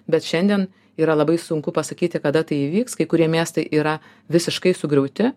bet šiandien yra labai sunku pasakyti kada tai įvyks kai kurie miestai yra visiškai sugriauti